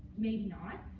maybe not.